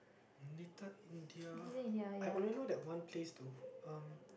Little-India I only know that one place though um